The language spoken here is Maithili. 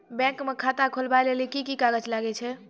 बैंक म खाता खोलवाय लेली की की कागज लागै छै?